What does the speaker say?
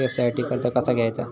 व्यवसायासाठी कर्ज कसा घ्यायचा?